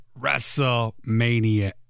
WrestleMania